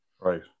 Right